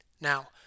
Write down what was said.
Now